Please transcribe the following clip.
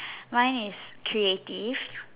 mine is creative